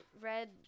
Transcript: read